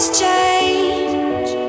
change